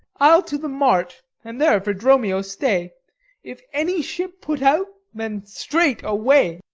i'll to the mart, and there for dromio stay if any ship put out, then straight away.